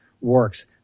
works